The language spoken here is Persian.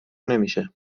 نمیشه